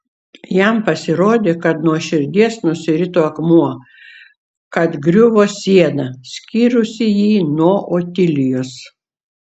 jam pasirodė kad nuo širdies nusirito akmuo kad griuvo siena skyrusi jį nuo otilijos